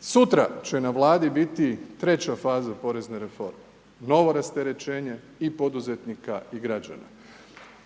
Sutra će na Vladi biti 3. faza porezne reforme, novo rasterećenje i poduzetnika i građana.